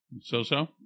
so-so